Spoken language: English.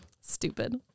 Stupid